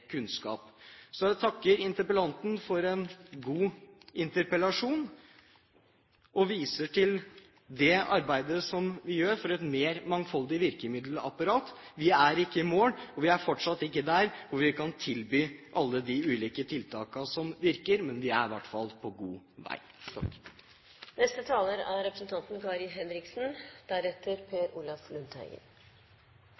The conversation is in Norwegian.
kunnskap. Jeg takker interpellanten for en god interpellasjon og viser til det arbeidet vi gjør for et mer mangfoldig virkemiddelapparat. Vi er ikke i mål, og vi er fortsatt ikke der at vi kan tilby alle de ulike tiltakene som virker, men vi er i hvert fall på god vei.